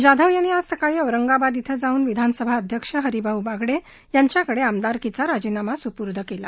जाधव यांनी आज सकाळी औरंगाबाद इथं जाऊन विधानसभा अध्यक्ष हरिभाऊ बागडखिंच्याकडखिमदारकीचा राजीनामा सुपुर्द कळी